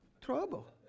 Trouble